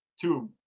two